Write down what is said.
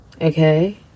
okay